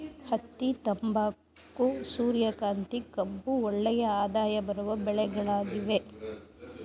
ಹತ್ತಿ, ತಂಬಾಕು, ಸೂರ್ಯಕಾಂತಿ, ಕಬ್ಬು ಒಳ್ಳೆಯ ಆದಾಯ ಬರುವ ಬೆಳೆಗಳಾಗಿವೆ